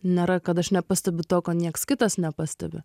nėra kad aš nepastebiu to ko nieks kitas nepastebi